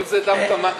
כל זה דווקא בתקופה,